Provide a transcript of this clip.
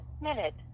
minute